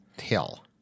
Hill